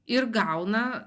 ir gauna